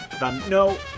no